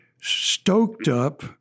stoked-up